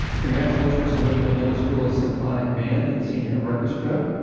congratulations to whitman middle school symphonic band and senior orchestra,